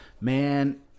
man